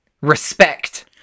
Respect